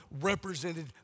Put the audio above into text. represented